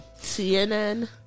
CNN